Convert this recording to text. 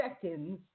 seconds